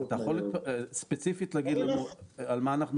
אתה יכול ספציפית להגיד לנו על מה אנחנו